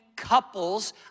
Couples